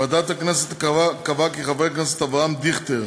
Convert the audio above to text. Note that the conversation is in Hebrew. ועדת הכנסת קבעה כי חבר הכנסת אבי דיכטר